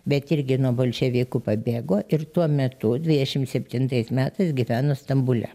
bet irgi nuo bolševikų pabėgo ir tuo metu dvidešim septintais metais gyveno stambule